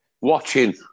watching